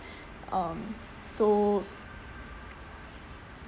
um so